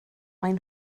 maen